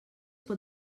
pot